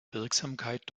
wirksamkeit